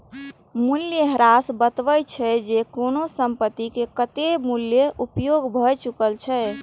मूल्यह्रास बतबै छै, जे कोनो संपत्तिक कतेक मूल्यक उपयोग भए चुकल छै